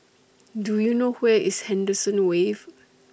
Do YOU know Where IS Henderson Wave